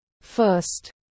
First